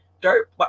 Dirt